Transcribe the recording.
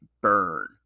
burn